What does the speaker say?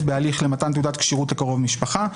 בהליך למתן תעודת כשירות לקרוב משפחה,